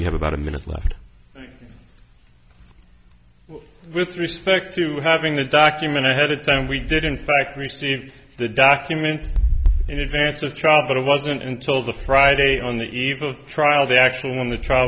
you have about a minute left with respect to having the document ahead of time we did in fact receive the document in advance of trial but it wasn't until the friday on the eve of trial the actual when the trial